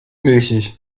milchig